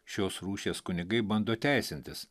šios rūšies kunigai bando teisintis